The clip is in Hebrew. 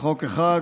חוק אחד,